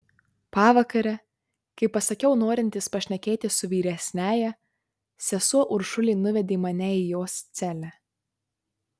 pavakare kai pasakiau norintis pašnekėti su vyresniąja sesuo uršulė nuvedė mane į jos celę